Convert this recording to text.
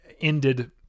ended